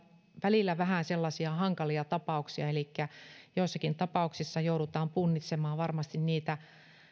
välillä vähän sellaisia hankalia tapauksia joissakin tapauksissa joudutaan punnitsemaan varmasti sellaisia